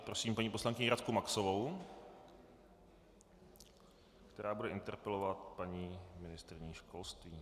Prosím paní poslankyni Radku Maxovou, která bude interpelovat paní ministryni školství.